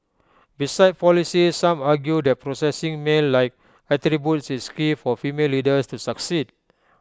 besides policies some argue that possessing male like attributes is key for female leaders to succeed